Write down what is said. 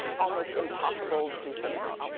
almost impossible to surmount.